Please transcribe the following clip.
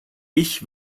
ich